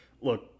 look